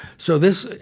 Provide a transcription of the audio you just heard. so this,